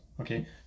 Okay